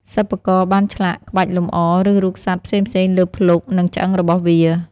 សិប្បករបានឆ្លាក់ក្បាច់លម្អ ឬរូបសត្វផ្សេងៗលើភ្លុក និងឆ្អឹងរបស់វា។